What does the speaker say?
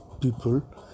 people